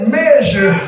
measure